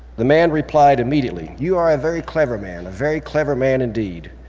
the man replied immediately, you are a very clever man, a very clever man indeed.